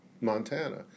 Montana